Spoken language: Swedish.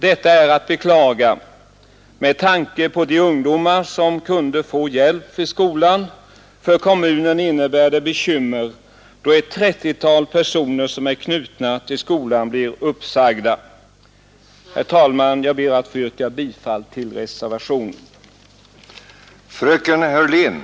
Detta är att beklaga med tanke på de ungdomar som kunde få hjälp vid skolan. För kommunen innebär det bekymmer, då ett trettiotal personer som är knutna till skolan blir uppsagda. Herr talman! Jag ber att få yrka bifall till reservationerna 1, 2 och 3.